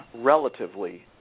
relatively